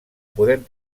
podem